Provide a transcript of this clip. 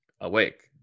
awake